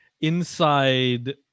Inside